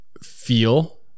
feel